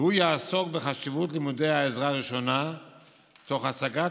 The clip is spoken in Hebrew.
והוא יעסוק בחשיבות לימודי העזרה הראשונה תוך הצגת